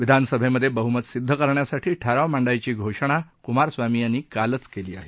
विधानसभेमधे बह्मत सिद्ध करण्यासाठी ठराव मांडायची घोषणा कुमारस्वामी यांनी कालच केली आहे